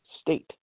State